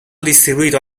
distribuito